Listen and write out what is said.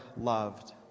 loved